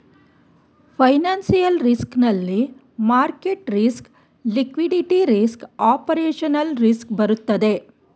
financial risk ನಲ್ಲಿ market risk, liquidity risk, operational risk ಬರುತ್ತದೆ